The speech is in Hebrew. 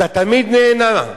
אתה תמיד נהנה,